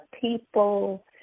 people